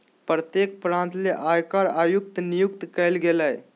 प्रत्येक प्रांत ले आयकर आयुक्त नियुक्त कइल गेलय